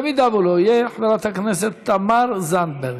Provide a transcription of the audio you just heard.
אם לא יהיה, חברת הכנסת תמר זנדברג.